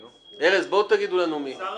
שר הביטחון יבחן את הודעתו